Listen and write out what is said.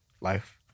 life